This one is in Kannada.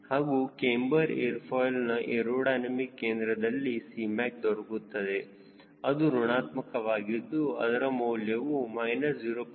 ಹಾಗೂ ಕ್ಯಾಮ್ಬರ್ ಏರ್ ಫಾಯ್ಲ್ ನ ಏರೋಡೈನಮಿಕ್ ಕೇಂದ್ರದಲ್ಲಿ Cmac ದೊರಕುತ್ತದೆ ಅದು ಋಣಾತ್ಮಕವಾಗಿದ್ದು ಅದರ ಮೌಲ್ಯವು ಮೈನಸ್ 0